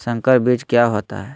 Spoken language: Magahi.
संकर बीज क्या होता है?